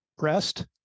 rest